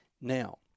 Now